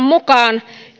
mukaan